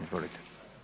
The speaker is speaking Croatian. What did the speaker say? Izvolite.